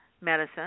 medicine